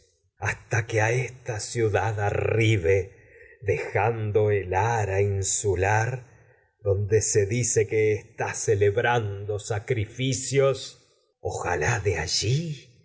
hasta que se a esta ciudad que arribe dejando el ara sacrificios insular donde allí dice está celebrando ojalá de